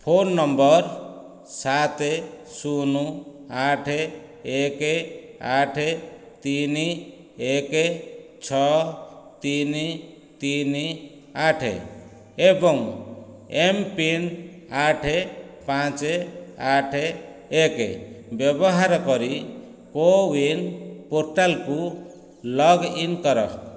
phone number ସାତ ଶୂନ ଆଠ ଏକ ଆଠ ତିନି ଏକ ଛଅ ତିନି ତିନି ଆଠ ଏବଂ ଏମ୍ ପିନ୍ ଆଠ ପାଞ୍ଚ ଆଠ ଏକ ବ୍ୟବହାର କରି କୋୱିନ୍ ପୋର୍ଟାଲ୍ କୁ ଲଗ୍ଇନ୍ କର